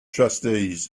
trustees